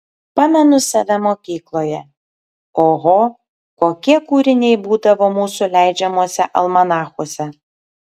pamenu save mokykloje oho kokie kūriniai būdavo mūsų leidžiamuose almanachuose